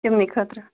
تِمنٕے خٲطرٕ